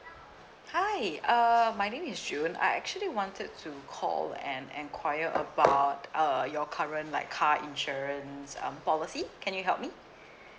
hi uh my name is june I actually wanted to call and and enquire about uh your current like car insurance um policy can you help me